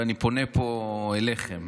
ואני פונה פה אליכם,